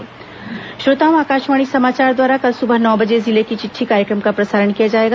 जिले की चिट्ठी श्रोताओं आकाशवाणी समाचार द्वारा कल सुबह नौ बजे जिले की चिट्ठी कार्यक्रम का प्रसारण किया जाएगा